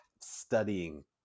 studying